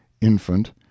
infant